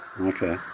Okay